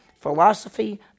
philosophy